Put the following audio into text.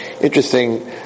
Interesting